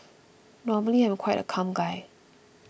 normally I'm quite a calm guy